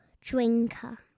drinker